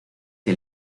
que